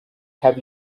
have